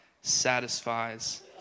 satisfies